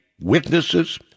witnesses